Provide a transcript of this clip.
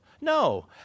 No